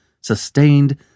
sustained